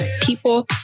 people